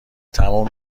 تموم